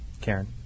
Karen